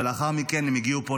ולאחר מכן הם הגיעו לפה,